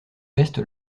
veste